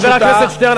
חבר הכנסת שטרן,